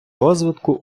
розвитку